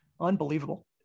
unbelievable